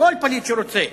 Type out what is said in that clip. כל פליט שרוצה,